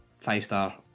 Five-star